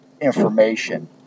information